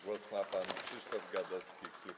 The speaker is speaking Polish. Głos ma pan Krzysztof Gadowski, klub